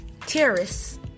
terrorists